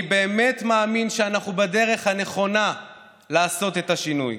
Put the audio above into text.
אני באמת מאמין שאנחנו בדרך הנכונה לעשות את השינוי